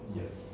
yes